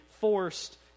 forced